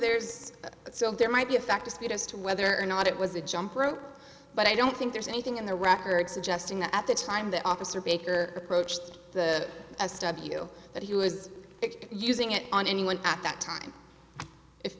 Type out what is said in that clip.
still there might be a factor speed as to whether or not it was a jump rope but i don't think there's anything in the record suggesting that at the time that officer baker approached the s w that he was using it on anyone at that time if